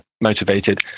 motivated